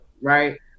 right